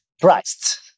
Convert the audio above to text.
Christ